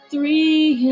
Three